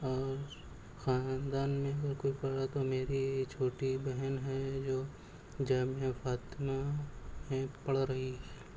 اور خاندان میں اگر کوئی پڑھا تو میری چھوٹی بہن ہے جو جامعہ فاطمہ میں پڑھ رہی ہے